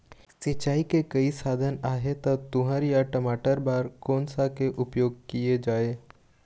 सिचाई के कई साधन आहे ता तुंहर या टमाटर बार कोन सा के उपयोग किए जाए?